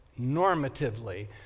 normatively